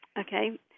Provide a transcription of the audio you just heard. Okay